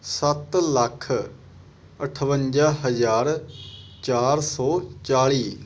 ਸੱਤ ਲੱਖ ਅਠਵੰਜਾ ਹਜ਼ਾਰ ਚਾਰ ਸੌ ਚਾਲੀ